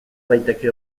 daiteke